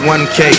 1k